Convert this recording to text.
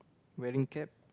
wearing cap